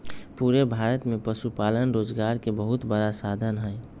पूरे भारत में पशुपालन रोजगार के बहुत बड़ा साधन हई